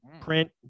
print